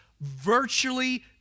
virtually